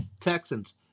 Texans